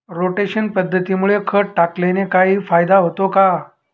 Rotation पद्धतीमुळे खत टाकल्याने काही फायदा होईल का?